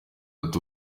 ati